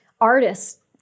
artists